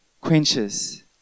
quenches